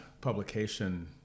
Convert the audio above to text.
publication